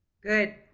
Good